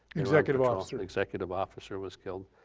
executive officer. and executive officer was killed,